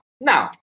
Now